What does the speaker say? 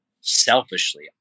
selfishly